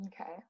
Okay